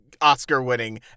Oscar-winning